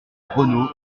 renault